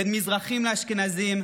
בין מזרחים לאשכנזים,